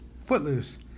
Footloose